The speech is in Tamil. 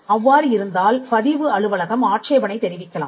அவ்வாறு இருந்தால் பதிவு அலுவலகம் ஆட்சேபணை தெரிவிக்கலாம்